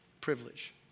Privilege